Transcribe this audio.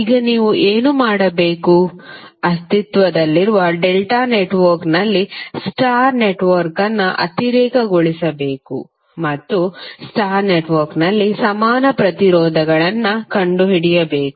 ಈಗ ನೀವು ಏನು ಮಾಡಬೇಕು ಅಸ್ತಿತ್ವದಲ್ಲಿರುವ ಡೆಲ್ಟಾ ನೆಟ್ವರ್ಕ್ನಲ್ಲಿ ಸ್ಟಾರ್ ನೆಟ್ವರ್ಕ್ ಅನ್ನು ಅತಿರೇಕಗೊಳಿಸಬೇಕು ಮತ್ತು ಸ್ಟಾರ್ ನೆಟ್ವರ್ಕ್ನಲ್ಲಿ ಸಮಾನ ಪ್ರತಿರೋಧಗಳನ್ನು ಕಂಡುಹಿಡಿಯಬೇಕು